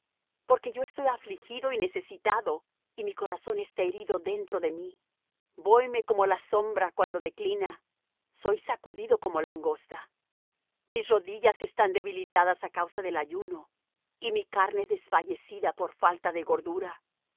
porque yo estoy afligido y necesitado y mi corazón está herido dentro de mí voime como la sombra cuando declina soy sacudido como langosta mis rodillas están debilitadas á causa del ayuno y mi carne desfallecida por falta de gordura